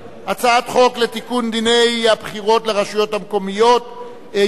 הצעת חוק לתיקון דיני הבחירות לרשויות המקומיות (עתירה